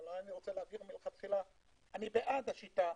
אני בעד השיטה,